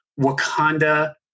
Wakanda